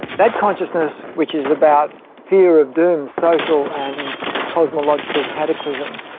that consciousness, which is about fear of doom, social and cosmological cataclysm,